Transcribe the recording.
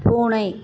பூனை